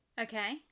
Okay